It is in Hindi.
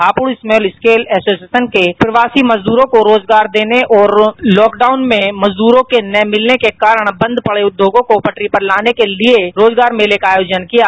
हापुड़ स्मॉल स्कोल एसोसिएशन ने प्रवासी मजदूरों को रोजगार देने और लॉक डॉउन मे मजदूरों के न मिलने के कारण बंद पड़े उद्योगो को पटरी पर लाने के लिए रोजगार मेले का आयोजन किया गया